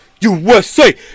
USA